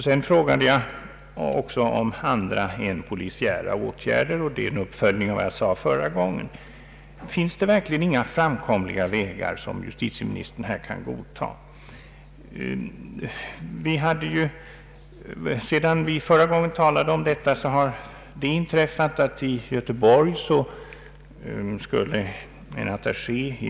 Jag frågade också om andra åtgärder än polisiära kan vidtagas, och det var en uppföljning av min tidigare fråga. Finns det verkligen inga framkomliga vägar här som justitieministern kan godta? Sedan vi förra gången talade om detta har det inträffat en händelse i Göteborg som jag vill nämna.